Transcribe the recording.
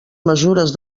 mesures